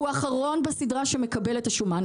יהיה אחרון בסדרה שמקבלת את השומן.